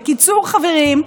בקיצור, חברים,